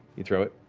you throw it.